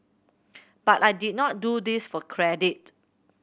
but I did not do this for credit